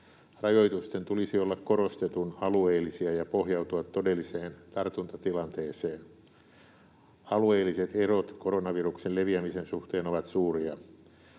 Rajoitusten tulisi olla korostetun alueellisia ja pohjautua todelliseen tartuntatilanteeseen. Alueelliset erot koronaviruksen leviämisen suhteen ovat suuria.